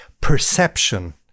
perception